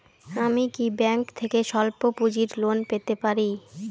আমি কি ব্যাংক থেকে স্বল্প পুঁজির লোন পেতে পারি?